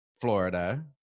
Florida